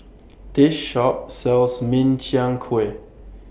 This Shop sells Min Chiang Kueh